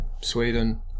Sweden